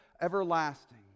everlasting